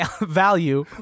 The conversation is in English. value